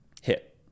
Hit